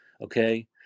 okay